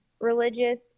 religious